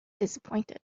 disappointed